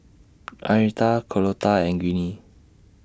Arnetta Carlotta and Ginny